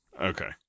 Okay